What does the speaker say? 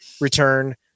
return